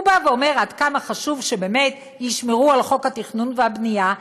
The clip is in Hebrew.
הוא בא ואומר עד כמה חשוב שבאמת ישמרו על חוק התכנון והבנייה,